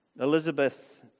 Elizabeth